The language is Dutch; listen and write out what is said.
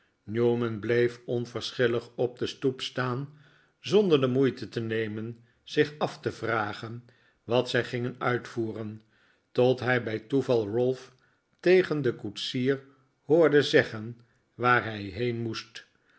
newman bleef on verschillig op de stoep staan zonder de moeite te nemen zich af te vragen wat zij gingen uitvoeren tot hij bij toeval ralph tegen den koetsier hoorde zeggen waar hij heen moest